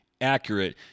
accurate